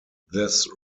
this